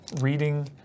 reading